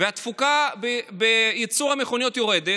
והתפוקה בייצור המכוניות יורדת,